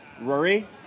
Rory